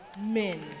men